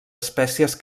espècies